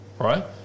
right